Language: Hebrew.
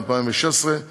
ההצעה שאני מציע: